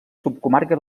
subcomarca